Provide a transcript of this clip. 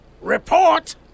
Report